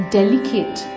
delicate